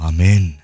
Amen